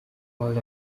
called